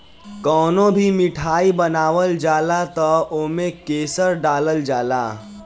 कवनो भी मिठाई बनावल जाला तअ ओमे केसर डालल जाला